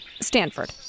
Stanford